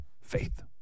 faith